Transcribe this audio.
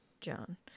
John